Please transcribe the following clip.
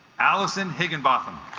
alison higginbotham